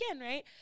right